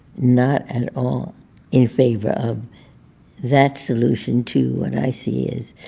not at all in favor of that solution to what i see as